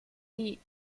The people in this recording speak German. die